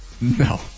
No